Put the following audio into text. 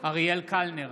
אריאל קלנר,